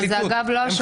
אבל זה לא השופטים.